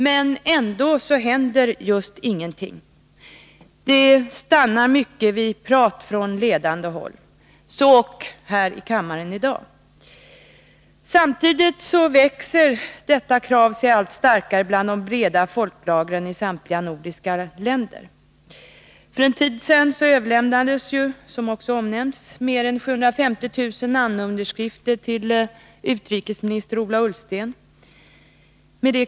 Men ändå händer det just ingenting — det stannar mest vid prat från ledande håll. Så ock här i kammaren i dag. Samtidigt växer detta krav sig allt starkare bland de breda folklagren i samtliga nordiska länder. För en tid sedan överlämnades mer än 750 000 namnunderskrifter med detta krav till utrikesminister Ola Ullsten.